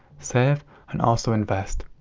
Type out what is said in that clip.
save and also invest.